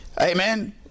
Amen